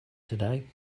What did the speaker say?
today